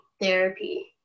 therapy